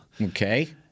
okay